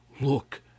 Look